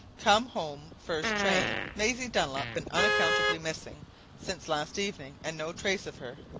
come home first train maisie dunlop been unaccountably missing since last evening and no trace of her.